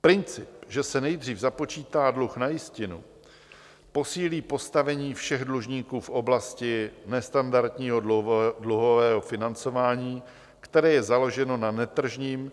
Princip, že se nejdřív započítá dluh na jistinu, posílí postavení všech dlužníků v oblasti nestandardního dluhového financování, které je založeno na netržním,